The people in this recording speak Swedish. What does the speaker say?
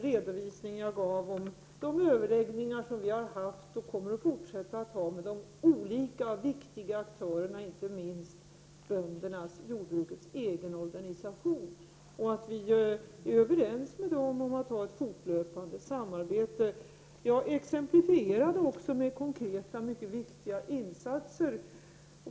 redovisningen av de överläggningar som vi har haft och kommer att fortsätta att ha med de olika viktiga aktörerna, inte minst jordbrukets egen organisation, som vi är överens med om att ha ett fortlöpande samarbete. Jag exemplifierade också med mycket viktiga konkreta insatser.